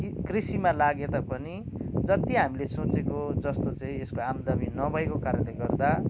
कृ कृषिमा लागे तापनि जति हामीले सोचेको जस्तो चाहिँ यसको आम्दानी नभएको कारणले गर्दा